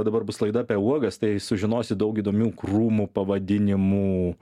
dabar bus laida apie uogas tai sužinosi daug įdomių krūmų pavadinimų